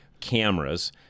cameras